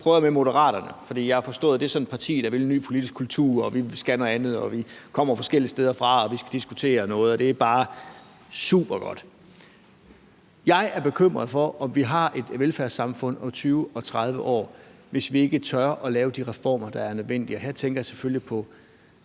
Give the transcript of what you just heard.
jeg har forstået, at det er sådan et parti, der vil en ny politisk kultur: Vi skal noget andet, og vi kommer forskellige steder fra, og vi skal diskutere noget, og det er bare supergodt. Jeg er bekymret for, om vi har et velfærdssamfund om 20 og 30 år, hvis vi ikke tør at lave de reformer, der er nødvendige. Her tænker jeg selvfølgelig på